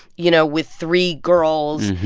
you know, with three girls.